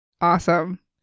Awesome